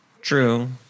true